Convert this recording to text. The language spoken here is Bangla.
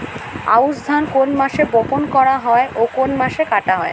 আউস ধান কোন মাসে বপন করা হয় ও কোন মাসে কাটা হয়?